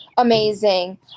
amazing